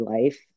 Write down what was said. life